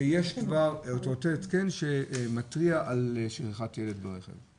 יש את אותו התקן שמתריע על שכחת ילד ברכב.